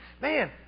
Man